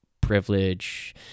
privilege